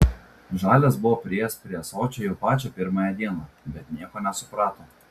žalias buvo priėjęs prie ąsočio jau pačią pirmąją dieną bet nieko nesuprato